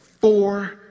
four